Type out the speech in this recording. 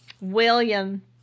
William